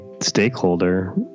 stakeholder